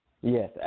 Yes